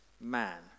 man